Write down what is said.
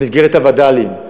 במסגרת הווד"לים,